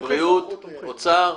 בריאות, אוצר?